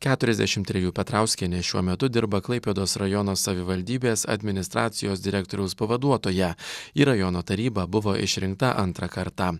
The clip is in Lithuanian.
keturiasdešimt trejų petrauskienė šiuo metu dirba klaipėdos rajono savivaldybės administracijos direktoriaus pavaduotoja į rajono tarybą buvo išrinkta antrą kartą